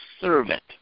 servant